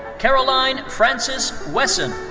caroline frances wesson.